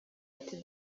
ati